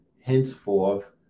henceforth